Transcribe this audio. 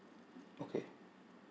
okay